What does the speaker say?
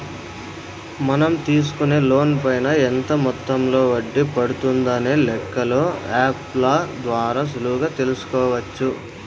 మనం తీసుకునే లోన్ పైన ఎంత మొత్తంలో వడ్డీ పడుతుందనే లెక్కలు యాప్ ల ద్వారా సులువుగా తెల్సుకోవచ్చు